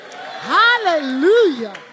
Hallelujah